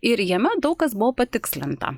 ir jame daug kas buvo patikslinta